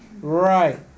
Right